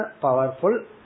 powerful